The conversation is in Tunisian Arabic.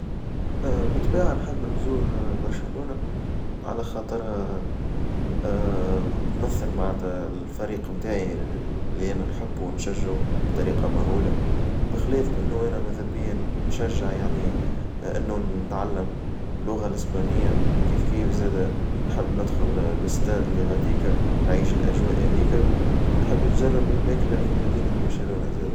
بالطبيعة نحب نزور برشلونة، على خاطر تمثل الفريق نتاعي اللي أنا نحبو ونشجعو بطريقة مهولة، بخلاف إنو أتا مذهبيا نشجع يعني إنو نتعلم اللغة الأسبانية وكيف كيف زادة نحب ندخل الإستاد اللي هاديكا ونعيش الأجواء هاذيك ونحب نجرب الماكلة في مدينة برشيلونة زادة.